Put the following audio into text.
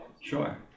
Sure